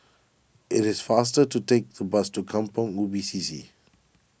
it is faster to take the bus to Kampong Ubi C C